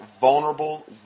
vulnerable